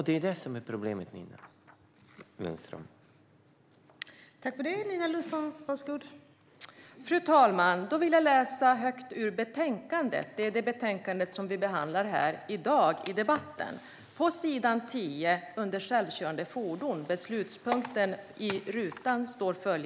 Det är det som är problemet, Nina Lundström.